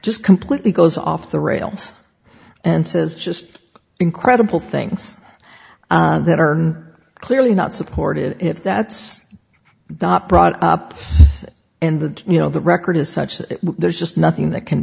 just completely goes off the rails and says just incredible things that are clearly not supported if that's not brought up in the you know the record is such that there's just nothing that can